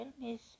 Miss